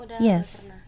Yes